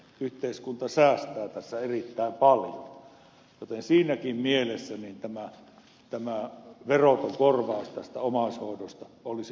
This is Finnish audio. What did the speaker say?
yhteiskunta säästää tässä erittäin paljon joten siinäkin mielessä tämä verokorvaus tästä omaishoidosta olisi paikallaan